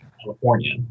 California